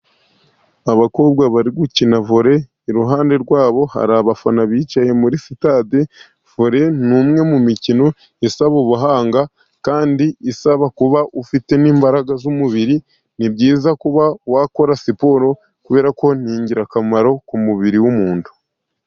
Abakobwa bari gukina vore, iruhande rwabo hari abafana bicaye muri sitade. Vore ni umwe mu mikino isaba ubuhanga, kandi isaba kuba ufite n'imbaraga z'umubiri. Ni byiza kuba wakora siporo, kubera ko ni ingirakamaro ku mubiri w'umuntu.